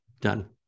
Done